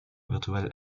virtuell